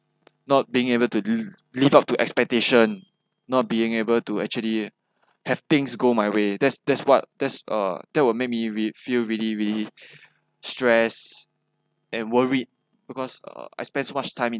not being able to live up to expectation not being able to actually have things go my way that's that's what that's uh that will make me re~ feel really really stressed and worried because uh I spend so much time in